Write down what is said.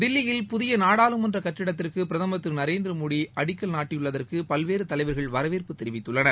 தில்லியில் புதிய நாடாளுமன்ற கட்டிடத்திற்கு பிரதமர் திரு நரேந்திர மோடி அடிக்கல் நாட்டியுள்ளதற்கு பல்வேறு தலைவர்கள் வரவேற்பு தெரிவித்துள்ளனர்